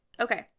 Okay